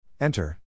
Enter